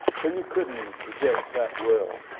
so you couldn't project that well.